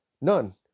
None